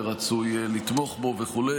ורצוי לתמוך בו וכו'.